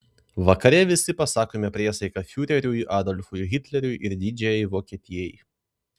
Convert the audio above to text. vakare visi pasakome priesaiką fiureriui adolfui hitleriui ir didžiajai vokietijai